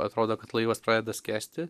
atrodo kad laivas pradeda skęsti